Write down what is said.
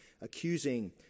accusing